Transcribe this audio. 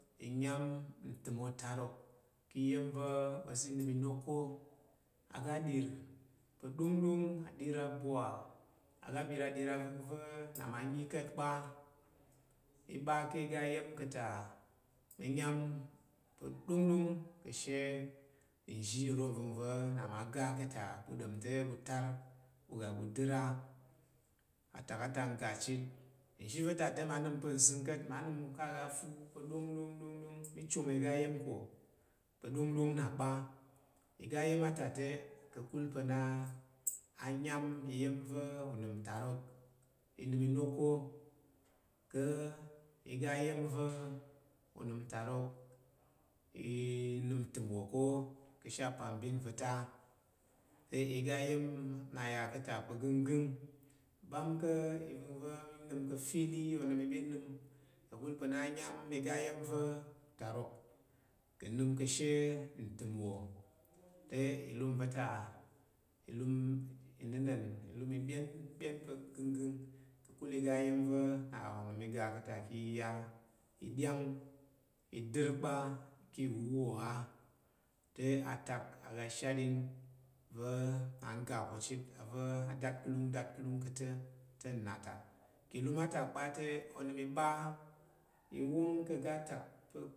Inyam ntəm otarok ki iya̱m va̱ ozi nəm inok ko aga adir pa ɗongɗong adir abwa aga apir adir avəng va̱ na ma nyi ka̱t kpa a i ɓa ki aga iya̱m ka̱ ta nyam pa̱ ɗongɗong ka̱she nzhi ro nre va na ma ga ka̱ ta ɓu ɗom te ɓu tar ɓu ga ɓu dər. Atak a ta ngga chit nzhi va̱ ta te ma nəm pa̱ nzəng ka̱t ma nəm ka aga fu pa ɗongɗong ɗonɗong mi chong iga iya̱m ko pa̱ ɗongɗong na kpa iga iya̱m a ta te ka̱kul pa̱ na a nyam iya̱m va̱ unəm tarok i nəm inok ka̱ iga iya̱m va̱ unəm tarok i nəm ntəm wo ko ka̱she apambin va̱ ta̱ á. Te oga iya̱m na ya ka̱ ta pa gənggəng bam ka̱ nvəng va̱ mi nəm ka̱ fili onəm ɓi nəm ka̱kul pa̱ na nyam iga iya̱m va̱ utarok i nəm ka̱she ntəm wo te ilum va̱ ta, ilum i nənna̱n. Ilum i byenbyen pa̱ gənggəng ka̱kul iga iya̱m na unəm iga ka̱ ta ki ya iɗyang i dər kpa ki iwuwo te atak aga shatding va̱ na ngga ko chit a va̱ datkulung datkulung te nna ta. Ilum a ta pa te onəm i wong ka ga atak pa